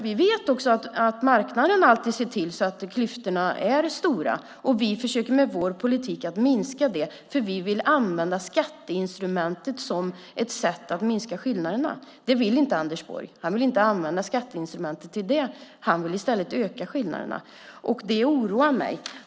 Vi vet också att marknaden alltid ser till att klyftorna är stora. Vi försöker med vår politik att minska dem. Vi vill använda skatteinstrumentet som ett sätt att minska skillnaderna. Det vill inte Anders Borg. Han vill inte använda skatteinstrumentet till det. Han vill i stället öka skillnaderna, och det oroar mig.